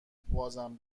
بازم